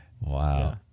Wow